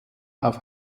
auf